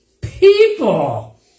People